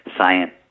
science